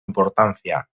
importancia